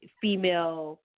female